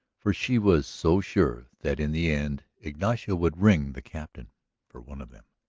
for she was so sure that in the end ignacio would ring the captain for one of them.